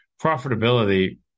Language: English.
profitability